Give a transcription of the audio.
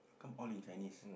come all in Chinese